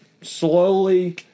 slowly